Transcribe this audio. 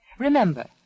Remember